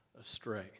astray